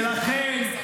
ולכן,